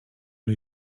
les